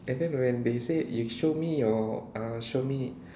and then when they say you show me your uh show me